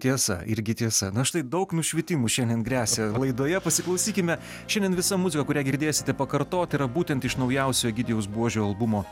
tiesa irgi tiesa na štai daug nušvitimų šiandien gresia laidoje pasiklausykime šiandien visa muzika kurią girdėsite pakartot yra būtent iš naujausio egidijaus buožio albumo